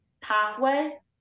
pathway